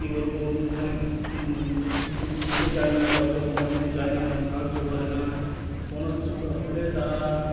কি বলব খালি কিছু দিতে চায় না জল টল কোনো কিছু যায় না কোনো সাহায্য করে না কোনো কিছু হলে তারা